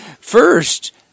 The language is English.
First